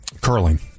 Curling